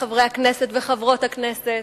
חברי חברי הכנסת וחברות הכנסת,